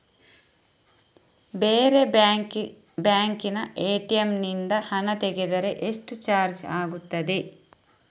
ಬೇರೆ ಬ್ಯಾಂಕಿನ ಎ.ಟಿ.ಎಂ ನಿಂದ ಹಣ ತೆಗೆದರೆ ಎಷ್ಟು ಚಾರ್ಜ್ ಆಗುತ್ತದೆ?